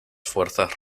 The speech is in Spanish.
fuerzas